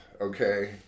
okay